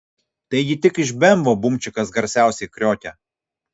taigi tik iš bemvo bumčikas garsiausiai kriokia